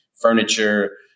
furniture